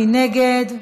מי נגד?